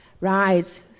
right